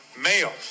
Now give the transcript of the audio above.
males